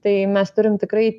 tai mes turim tikrai